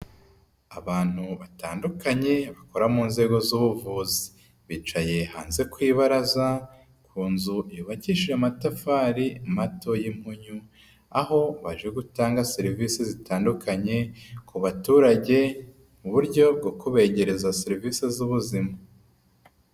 Abantu batandukanye, bakora mu nzego z'ubuvuzi. Bicaye hanze ku ibaraza, ku nzu yubakije amatafari mato y'impunyu, aho baje gutanga serivise, zitandukanye ku baturage, mu buryo bwo kubegereza serivise z'ubuzima.